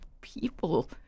people